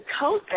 coat